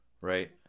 Right